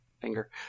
finger